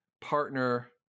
partner